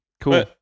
cool